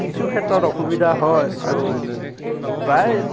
কিছু ক্ষেত্ৰত অসুবিধা হয় আৰু প্ৰায়